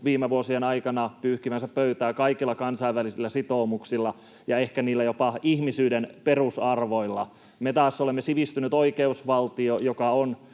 viime vuosien aikana pyyhkivänsä pöytää kaikilla kansainvälisillä sitoumuksilla ja ehkä jopa ihmisyyden perusarvoilla. Me taas olemme sivistynyt oikeusvaltio, joka on